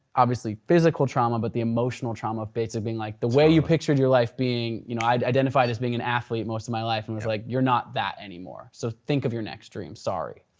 obviously physical trauma, but the emotional trauma of basically being like the way you pictured your life being, you know i'd identified as being an athlete most of my life, and it was like you're not that anymore. so think of your next dream, sorry.